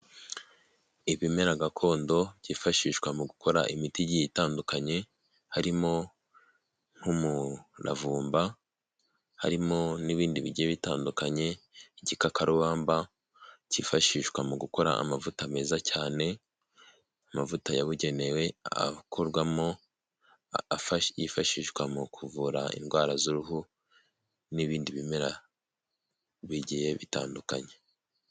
Ibimera gakondo byifashishwa mu gukora imiti igiye itandukanye, harimo nk'umuravumba, harimo n'ibindi bigiye bitandukanye, igikakarubamba cyifashishwa mu gukora amavuta meza cyane, amavuta yabugenewe akorwamo, yifashishwa mu kuvura indwara z'uruhu n'ibindi bimera bigiye bitandukanye.